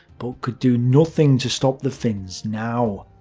but could do nothing to stop the finns now.